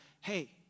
hey